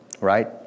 right